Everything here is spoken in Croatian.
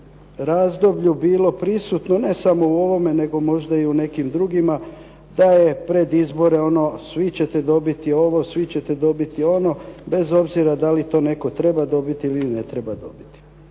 razdoblju bilo prisutno, ne samo u ovome, nego možda i u nekim drugima, pa je pred izbore ono svi ćete dobiti ovo, svi ćete dobili ono, bez obzira da li to netko treba dobiti ili ne treba dobiti.